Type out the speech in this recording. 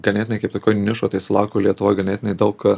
ganėtinai kaip tokioj nišoj tai sulaukiau lietuvoj ganėtinai daug